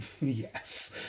Yes